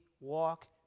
walk